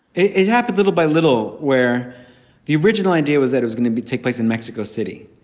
it happened little by little. where the original idea was that i was going to be take place in mexico city.